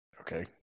Okay